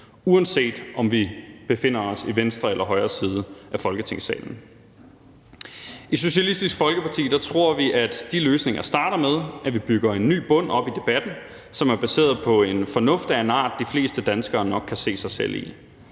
uanset om vi befinder os i venstre eller højre side af Folketingssalen. I Socialistisk Folkeparti tror vi, at de løsninger starter med, at vi bygger en ny bund op i debatten, som er baseret på en fornuft af en art, de fleste danskere nok kan se sig selv i.